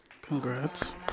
Congrats